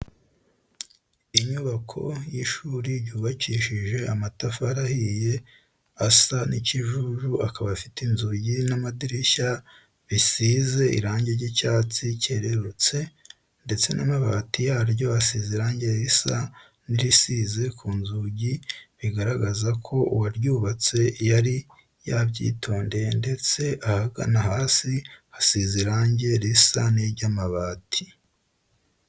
Inyubako y'ishuri ryubakishije amatafari ahiye asa n'ikijuju akaba afite inzugi n'amadirishyabisize irange ry'icyatsi cyerurutse ndetse n'amabati yaryo asizre irange risa n'irisize ku nzugi bigaragaza ko uwaryubatse yari yabyitondeye ndetse ahagana hasi hasize irange risa n'iry'amabati.